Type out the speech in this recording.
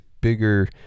bigger